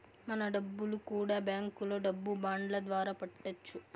మన డబ్బులు కూడా బ్యాంకులో డబ్బు బాండ్ల ద్వారా పెట్టొచ్చు